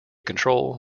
control